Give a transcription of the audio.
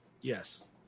Yes